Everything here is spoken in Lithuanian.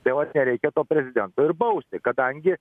tai vat nereikia to prezidento ir bausti kadangi